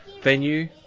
venue